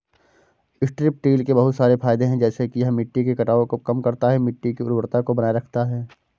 strip till के बहुत सारे फायदे हैं जैसे कि यह मिट्टी के कटाव को कम करता है, मिट्टी की उर्वरता को बनाए रखता है